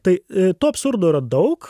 tai to absurdo yra daug